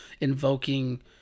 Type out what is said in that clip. invoking